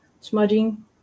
smudging